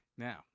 Now